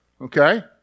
Okay